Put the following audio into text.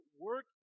work